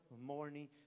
morning